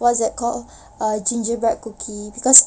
what's that called ah gingerbread cookie because